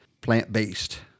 plant-based